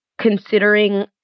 considering